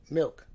milk